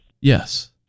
Yes